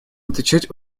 отвечать